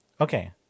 Okay